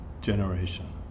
generation